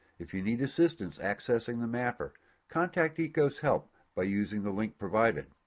if you need assistance accessing the mapper contact ecos help by using the link provided.